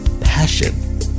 passion